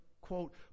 quote